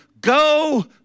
go